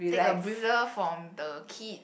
take a breather from the kid